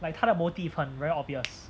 but 他的 motive 很 very obvious